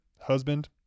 husband